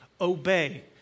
obey